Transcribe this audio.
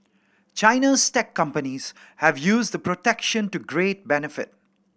China's tech companies have used the protection to great benefit